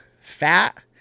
fat